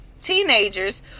teenagers